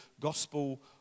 Gospel